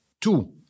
two